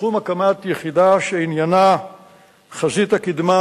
ובתחום הקמת יחידה שעניינה חזית הקדמה